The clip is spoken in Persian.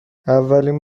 اولین